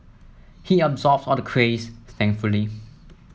he absorbs all the craze thankfully